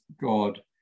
God